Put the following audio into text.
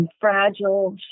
Fragile